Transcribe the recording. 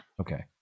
Okay